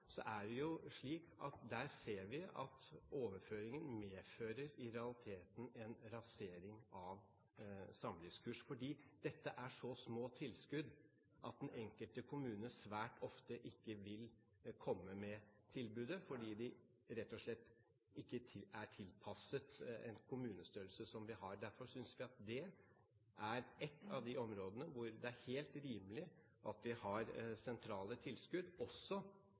så små tilskudd at den enkelte kommune svært ofte ikke vil komme med tilbudet, fordi det rett og slett ikke er tilpasset en kommunestørrelse som vi har. Derfor synes vi at det er ett av områdene hvor det er helt rimelig at vi har sentrale tilskudd, også